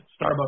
Starbucks